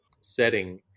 setting